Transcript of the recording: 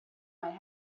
might